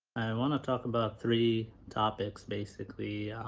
want to talk about three topics. basically